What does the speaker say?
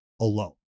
alone